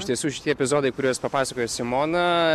iš tiesų šitie epizodai kuriuos papasakojo simona